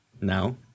No